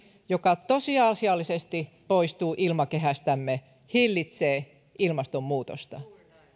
joka tosiasiallisesti poistuu ilmakehästämme hillitsee ilmastonmuutosta